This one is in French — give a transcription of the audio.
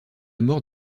mort